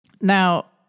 Now